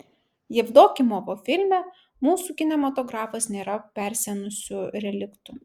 jevdokimovo filme mūsų kinematografas nėra persenusiu reliktu